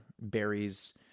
berries